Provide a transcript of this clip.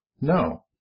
No